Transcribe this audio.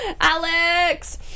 Alex